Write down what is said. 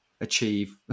achieve